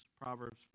Proverbs